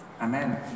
Amen